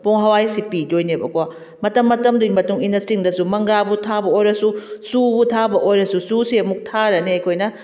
ꯄꯣꯡ ꯍꯋꯥꯏꯁꯤ ꯄꯤꯗꯣꯏꯅꯦꯕꯀꯣ ꯃꯇꯝ ꯃꯇꯝꯗꯨꯒꯤ ꯃꯇꯨꯡ ꯏꯟꯅ ꯆꯤꯡꯗꯁꯨ ꯃꯪꯒ꯭ꯔꯥꯕꯨ ꯊꯥꯕ ꯑꯣꯏꯔꯁꯨ ꯆꯨꯕꯨ ꯊꯥꯕ ꯑꯣꯏꯔꯁꯨ ꯆꯨꯁꯦ ꯑꯃꯨꯛ ꯊꯥꯔꯅꯤ ꯑꯩꯈꯣꯏꯅ